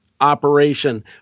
operation